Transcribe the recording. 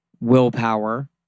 Willpower